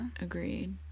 agreed